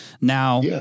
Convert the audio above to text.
Now